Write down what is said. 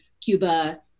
Cuba